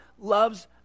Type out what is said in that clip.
loves